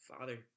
Father